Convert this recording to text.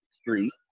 Street